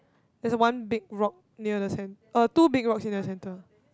there's one big rock near the cen~ uh two big rocks in the centre